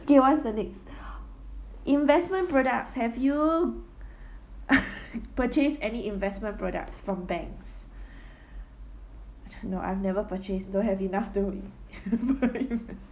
okay what's the next investment products have you purchase any investment products from banks no I've never purchased don't have enough to buy